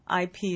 IP